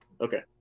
Okay